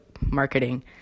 marketing